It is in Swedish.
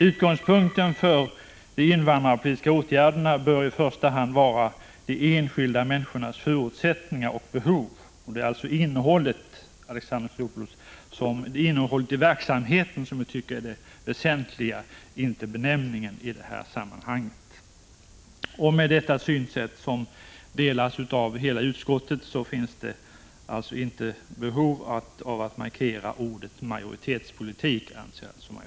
Utgångspunkten för de invandrarpolitiska åtgärderna bör i första hand vara de enskilda människornas förutsättningar och behov. Det är alltså, Alexander Chrisopoulos, innehållet i verksamheten — inte benämningen — som är det väsentliga i detta sammanhang. Med detta synsätt, som delas av hela utskottet, finns det enligt utskottsmajoritetens mening inte något behov av att markera ordet majoritetspolitik.